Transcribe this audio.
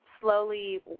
slowly